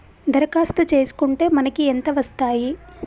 దరఖాస్తు చేస్కుంటే మనకి ఎంత వస్తాయి?